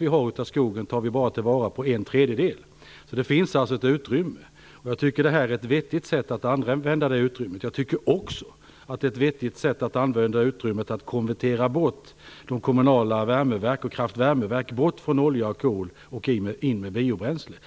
Vi tar bara vara på en tredjedel av tillväxten i skogen. Det finns alltså ett utrymme, och jag tycker att detta är ett vettigt sätt att använda det utrymmet. Jag tycker också att det är vettigt att använda utrymmet till att konvertera bort de kommunala värme och kraftvärmeverken från olja och kol, och i stället ta in biobränslen.